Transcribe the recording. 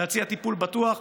להציע טיפול בטוח,